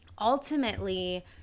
ultimately